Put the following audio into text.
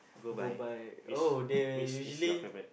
go by oh they usually